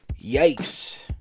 Yikes